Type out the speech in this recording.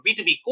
B2B